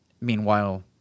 Meanwhile